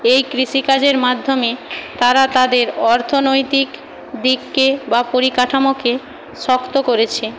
এই কৃষিকাজের মাধ্যমে তারা তাদের অর্থনৈতিক দিককে বা পরিকাঠামোকে শক্ত করেছে